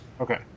Okay